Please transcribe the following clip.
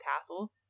castle